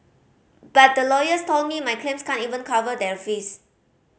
but the lawyers told me my claims can't even cover their fees